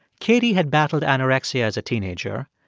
katie had battled anorexia as a teenager.